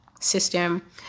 system